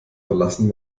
verlassen